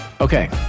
Okay